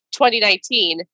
2019